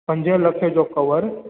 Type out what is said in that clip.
पंज लख जो कवर